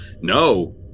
No